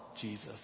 jesus